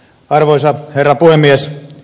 arvoisa herra puhemies